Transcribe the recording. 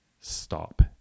stop